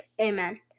amen